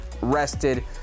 rested